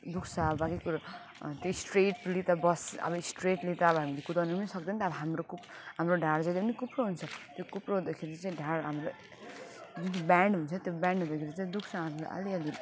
दुःख्छ भएको कुरो त्यो स्ट्रेट्ली त बस अब स्ट्रेट्ली त अब हामीले कुदाउनु पनि त सक्दैन नि त अब हाम्रो कुप हाम्रो ढाड जहिले पनि कुप्रो हुन्छ त्यो कुप्रो हुँदाखेरि चाहिँ ढाड हाम्रो जुन चाहिँ बेन्ड हुन्छ त्यो बेन्ड हुँदाखेरि चाहिँ दुःख्छ हाम्रो अलि अलि